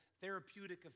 therapeutic